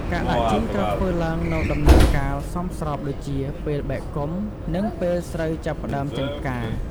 ការដាក់ជីត្រូវធ្វើឡើងនៅដំណាក់កាលសមស្របដូចជា ពេលបែកគុម្ព និងពេលស្រូវចាប់ផ្ដើមចេញផ្កា។